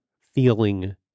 feeling